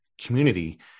community